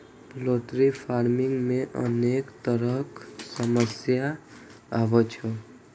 poultry farming मे अनेक तरहक समस्या आबै छै